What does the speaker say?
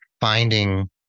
finding